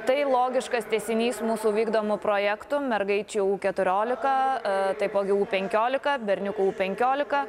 tai logiškas tęsinys mūsų vykdomų projektų mergaičių u keturiolika taipogi u penkiolika berniukų u penkiolika